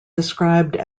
described